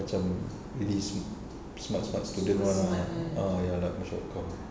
macam really sm~ smart smart student one ah ah ya lah for sure